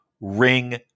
ring